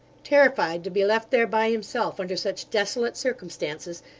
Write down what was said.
terrified to be left there by himself, under such desolate circumstances,